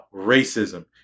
racism